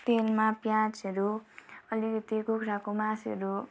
तेलमा प्याजहरू अलिकति कुखुराको मासुहरू